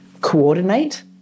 coordinate